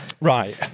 right